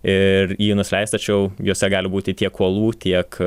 ir į jį nusileist tačiau juose gali būti tiek uolų tiek